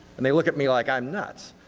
and they look at me like i'm nuts.